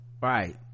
Right